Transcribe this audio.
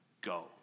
go